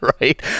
Right